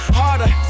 harder